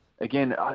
again